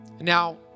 Now